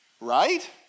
Right